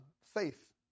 faith